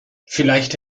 vielleicht